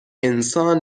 انسان